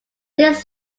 this